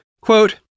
Quote